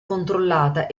controllata